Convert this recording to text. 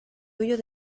huyo